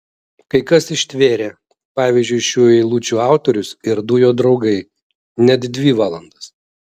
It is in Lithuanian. kai kas ištvėrė pavyzdžiui šių eilučių autorius ir du jo draugai net dvi valandas